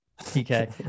Okay